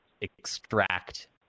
extract